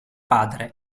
padre